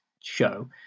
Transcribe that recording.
show